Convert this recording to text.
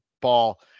ball